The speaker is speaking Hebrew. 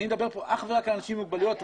אני מדבר פה אך ורק על אנשים עם מוגבלויות,